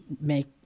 make